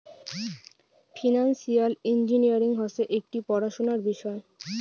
financial engineering হসে একটি পড়াশোনার বিষয়